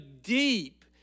deep